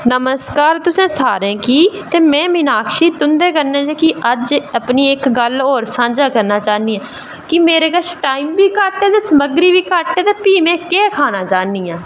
नमस्कार तुसें सारें गी ते में मीनाक्षी तुं'दे कन्नै जेह्की अज्ज अपनी गल्ल इक्क होर सांझा करना चाह्न्नी आं कि मेरे कश टाईम बी घट्ट ऐ सामग्री बी घट्ट ऐ ते प्ही में केह् खाना चाह्न्नी आं